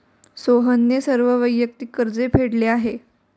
सोहनने सर्व वैयक्तिक कर्ज फेडले आहे